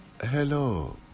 Hello